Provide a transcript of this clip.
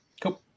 Cool